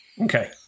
Okay